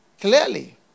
Clearly